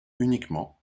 uniquement